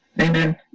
Amen